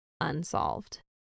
unsolved